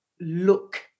look